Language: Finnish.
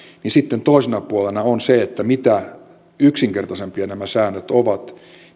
niin sitten toisena puolena on se että mitä yksinkertaisempia nämä säännöt ovat